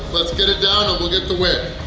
let's get it down and we'll get the win!